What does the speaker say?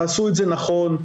תעשו את זה נכון,